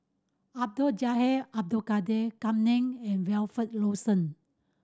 Abdul Jalil Abdul Kadir Kam Ning and Wilfed Lawson